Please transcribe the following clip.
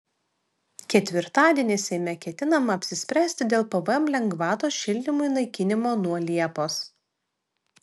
ketvirtadienį seime ketinama apsispręsti dėl pvm lengvatos šildymui naikinimo nuo liepos